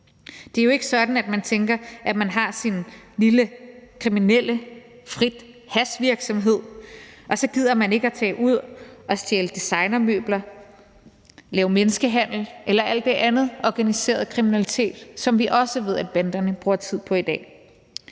Det er jo ikke sådan, at man tænker, at man har sin lille kriminelle fri hash-virksomhed, og så gider man ikke tage ud og stjæle designermøbler, lave menneskehandel eller alle de andre former for organiseret kriminalitet, som vi også ved at banderne bruger tid på i dag.